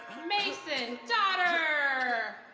mason daughter.